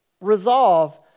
Resolve